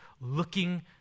looking